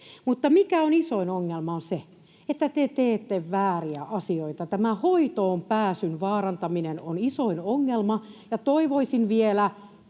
Mikä on isoin ongelma — se, että te teette vääriä asioita. Tämä hoitoonpääsyn vaarantaminen on isoin ongelma, ja toivoisin vielä,